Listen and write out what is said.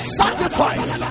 sacrifice